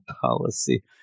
policy